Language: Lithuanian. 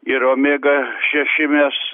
ir omega šeši mes